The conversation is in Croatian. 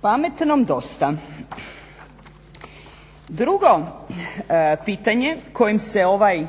pametnom dosta. Drugo pitanje kojim se ovaj